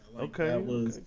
Okay